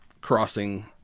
crossing